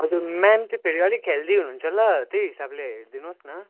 हजुर म्याम चाहिँ फेरि अलिक हेल्दी हुनुहुन्छ ल त्यही हिसाबले हेरिदिनु होस् न